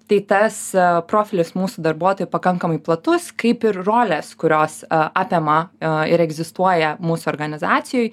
tai tas profilis mūsų darbuotojų pakankamai platus kaip ir rolės kurios a apema ir egzistuoja mūsų organizacijoj